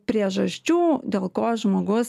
priežasčių dėl ko žmogus